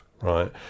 right